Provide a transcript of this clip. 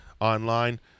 online